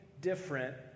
different